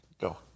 Go